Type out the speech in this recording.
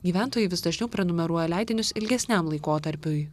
gyventojai vis dažniau prenumeruoja leidinius ilgesniam laikotarpiui